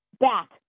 back